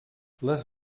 les